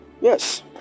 Yes